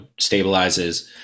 stabilizes